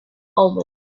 omens